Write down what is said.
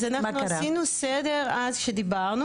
אז אנחנו עשינו סדר אז שדיברנו,